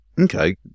Okay